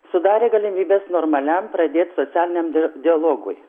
sudarė galimybes normaliam pradėt socialiniam dialogui